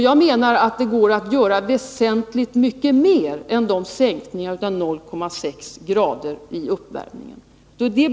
Jag menar att det går att göra väsentligt mycket mer än sänkningen med 0,6 grader vid uppvärmning. Bl.